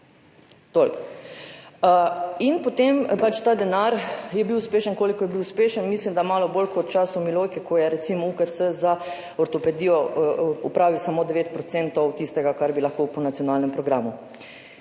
Toliko. Ta denar je bil uspešen, kolikor je bil uspešen. Mislim, da malo bolj kot v času Milojke, ko je recimo UKC za ortopedijo opravil samo 9 % tistega, kar bi lahko po nacionalnem programu.